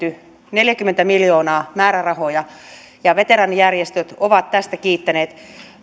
neljäkymmentä miljoonaa määrärahoja ja veteraanijärjestöt ovat tästä kiittäneet